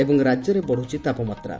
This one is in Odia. ଏବଂ ରାଜ୍ୟରେ ବତୁଛି ତାପମାତ୍ରା